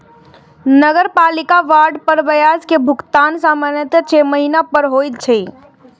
नगरपालिका बांड पर ब्याज के भुगतान सामान्यतः छह महीना पर होइ छै